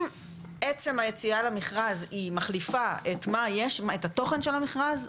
אם עצם היציאה למכרז היא מחליפה את התוכן של המכרז,